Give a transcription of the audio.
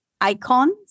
icons